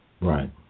Right